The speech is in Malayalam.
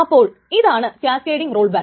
അപ്പോൾ ഇതാണ് കാസ്കേഡിങ് റോൾ ബാക്ക്